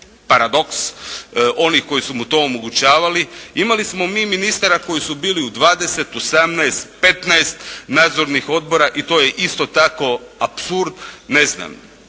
paradoks onih koji su mu to omogućavali. Imali smo mi ministara koji su bili u dvadeset, osamnaest, petnaest nadzornih odbora i to je isto tako apsurd. Ne znam,